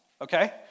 Okay